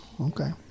okay